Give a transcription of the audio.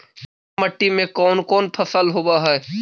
जलोढ़ मट्टी में कोन कोन फसल होब है?